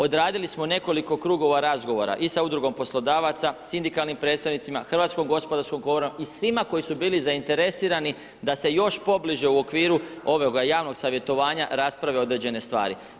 Odradili smo nekoliko krugova razgovora i sa udrugom poslodavaca, sindikalnim predstavnicima, HGK i svima koji su bili zainteresirani da se još pobliže u okviru ovoga javnoga savjetovanja rasprave određene stvari.